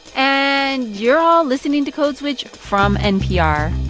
and you're all listening to code switch from npr.